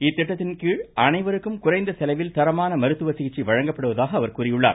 இத்திட்டத்தின் கீழ் அனைவருக்கும் குறைந்த செலவில் தரமான மருத்துவ சிகிச்சை வழங்கப்படுவதாக அவர் கூறியுள்ளார்